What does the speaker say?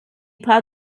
pas